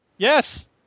Yes